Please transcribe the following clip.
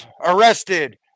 arrested